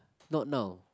not now